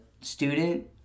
student